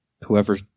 whoever